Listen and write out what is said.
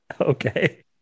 Okay